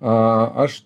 a aš